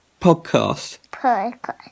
Podcast